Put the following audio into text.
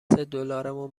دلارمون